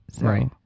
Right